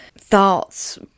thoughts